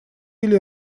или